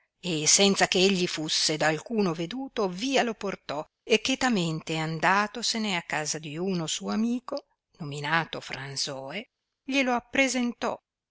e senza che egli fusse da alcuno veduto via lo portò e chetamente andatosene a casa di uno suo amico nominato fransoe glielo appresentò